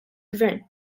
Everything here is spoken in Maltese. gvern